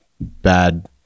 bad